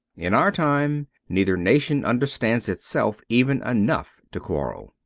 in our time, neither nation understands itself even enough to quarrel.